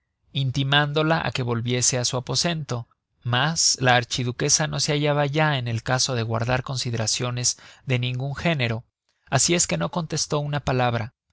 católica intimándola á que volviese á su aposento mas la archiduquesa no se hallaba ya en el caso de guardar consideraciones de ningun género asi es que no contestó una palabra